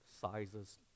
sizes